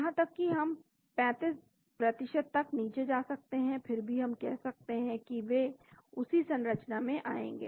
यहां तक कि हम ३५ तक नीचे जा सकते हैं फिर भी हम इसे कह सकते हैं कि वे उसी संरचना में आएंगे